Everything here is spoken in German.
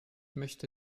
möchte